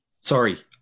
Sorry